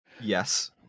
Yes